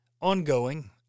ongoing